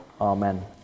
amen